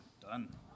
Done